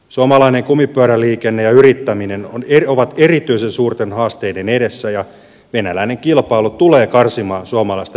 suomalainen kumipyöräliikenne ja yrittäminen ovat erityisen suurten haasteiden edessä ja venäläinen kilpailu tulee karsimaan suomalaista yrittäjyyttä